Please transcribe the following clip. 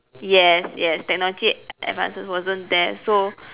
yes yes technology advances wasn't there so